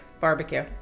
Barbecue